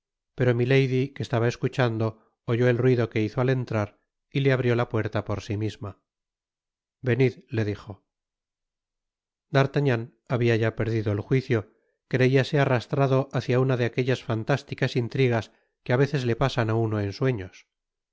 pero milady que estaba escuchando oyó el ruido que hizo al entrar y le abrió la puerta por si misma venid le dijo d'artagnan habia ya perdido el juicio creiase arrastrado hácia una de aquellas fantásticas intrigas que á veces le pasan á uno en sueños